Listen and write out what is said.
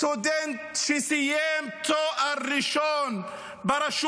מסטודנט שסיים תואר ראשון ברשות